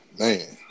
man